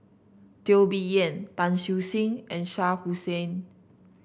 Teo Bee Yen Tan Siew Sin and Shah Hussain